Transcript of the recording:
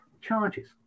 charges